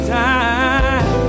time